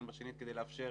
לבחון זאת בשנית, כדי לאפשר